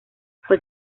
fue